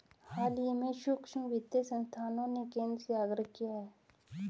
हाल ही में सूक्ष्म वित्त संस्थाओं ने केंद्र से आग्रह किया है